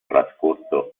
trascorso